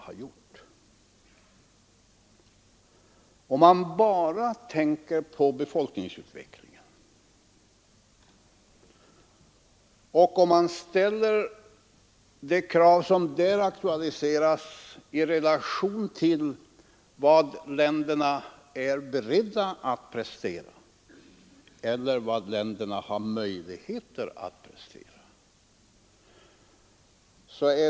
Man kan bara tänka på befolkningsutvecklingen och ställa de krav på hjälp som kommer att aktualiseras i relation till vad i-länderna är beredda att prestera eller har möjligheter att prestera.